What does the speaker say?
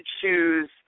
choose